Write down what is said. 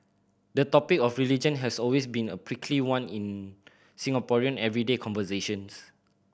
the topic of religion has always been a prickly one in Singaporean everyday conversations